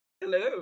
Hello